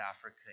Africa